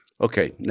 Okay